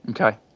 Okay